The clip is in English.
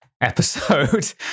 episode